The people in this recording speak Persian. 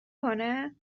کنه